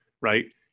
Right